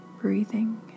Breathing